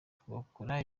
tugakora